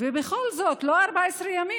בכל זאת לא 14 ימים.